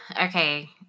okay